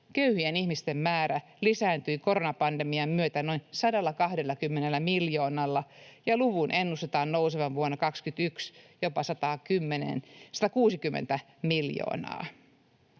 Köyhien ihmisten määrä lisääntyi koronapandemian myötä noin 120 miljoonalla, ja luvun ennustetaan nousevan vuonna 21 jopa 160 miljoonaan.